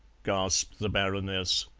gasped the baroness.